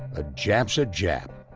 a jap's a jap,